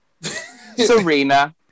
Serena